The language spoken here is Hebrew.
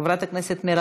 חבר הכנסת מיכאל מלכיאלי,